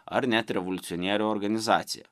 ar net revoliucionierių organizaciją